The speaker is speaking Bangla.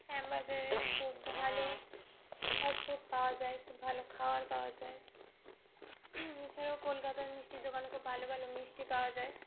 শ্যামবাজারে খুব ভালো ফাস্ট ফুড পাওয়া যায় খুব ভালো খাওয়ার পাওয়া যায় এছাড়াও কলকাতার মিষ্টির দোকানে খুব ভালো ভালো মিষ্টি পাওয়া যায়